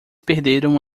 perderam